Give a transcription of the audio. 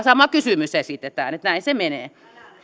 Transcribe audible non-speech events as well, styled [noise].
[unintelligible] sama kysymys esitetään että näin se menee